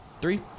Three